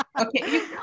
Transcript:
Okay